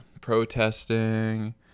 protesting